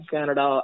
Canada